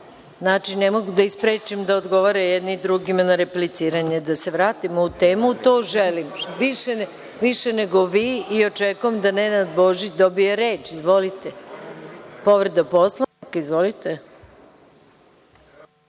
Znači, ne mogu da ih sprečim da odgovore jedni drugima na repliciranje. Da se vratimo u temu to želim više nego vi i očekujem da Nenad Božić dobije reč. Izvolite. Reč ima Goran Ćirić,